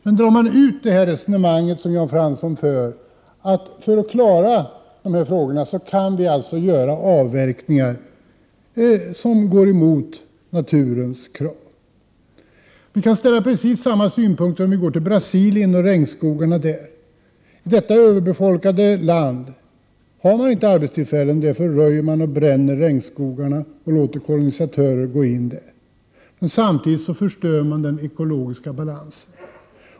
Men låt oss då dra ut konsekvenserna av det resonemang som Jan Fransson för om att vi för att klara sysselsättningsfrågorna kan göra avverkningar som går emot naturens krav! Man kan anföra precis samma synpunkter om regnskogarna i Brasilien. I det överbefolkade landet har man inte tillräckligt med arbetstillfällen; därför låter man kolonisatörer gå in i regnskogarna och röja och bränna dem. Men samtidigt förstör man den ekologiska balansen.